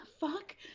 Fuck